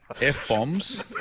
F-bombs